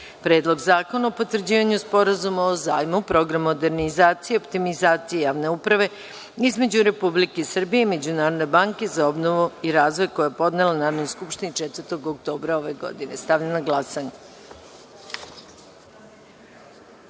Predlog zakona o potvrđivanju Sporazuma o zajmu(Program modernizacije i optimizacije javne uprave) između Republike Srbije i Međunarodne banke za obnovu i razvoj, koju je podnela Narodnoj skupštini 4. oktobra 2016. godine. Stavljam na glasanje